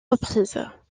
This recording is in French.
reprises